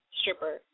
stripper